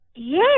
Yes